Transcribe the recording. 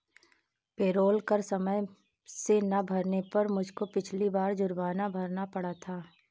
payroll कर समय से ना भरने पर मुझको पिछली बार जुर्माना भरना पड़ा था